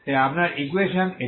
তাই আপনার ইকুয়েশন এটি